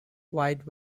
wide